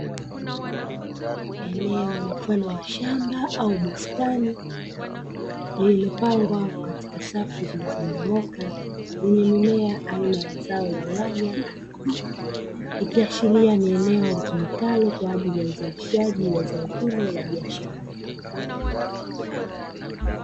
Eneo mfano wa shamba au bustani lililopangwa katika safu zilizonyooka zenye mimea aina ya zao la nyanya, ikiashiria kuwa ni eneo litumikalo kwa ajili ya uzalishaji wa zao hilo la biashara.